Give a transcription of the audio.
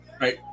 right